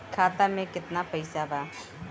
खाता में केतना पइसा बा?